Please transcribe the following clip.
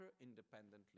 independently